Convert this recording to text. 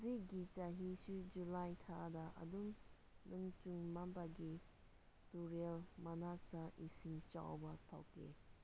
ꯍꯧꯖꯤꯛꯀꯤ ꯆꯍꯤꯁꯨ ꯖꯨꯂꯥꯏ ꯊꯥꯗ ꯑꯗꯨꯝ ꯇꯨꯔꯦꯜ ꯃꯅꯥꯛꯇ ꯏꯁꯤꯡ ꯆꯥꯎꯕ ꯊꯣꯛꯂꯤ